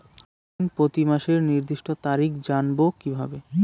ঋণ প্রতিমাসের নির্দিষ্ট তারিখ জানবো কিভাবে?